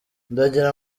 ndagira